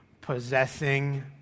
possessing